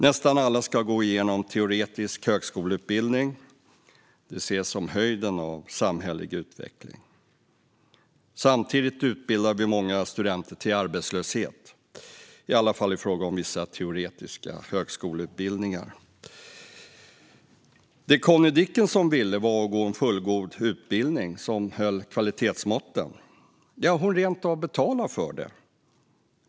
Nästan alla ska gå igenom teoretisk högskoleutbildning. Det ses som höjden av samhällelig utveckling. Samtidigt utbildar vi många studenter till arbetslöshet, i varje fall i fråga om vissa teoretiska högskoleutbildningar. Det Connie Dickinson ville var att gå en fullgod utbildning som höll kvalitetsmåtten. Ja, hon rent av betalade för det.